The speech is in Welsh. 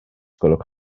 gwelwch